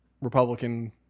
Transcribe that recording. Republican